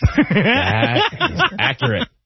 accurate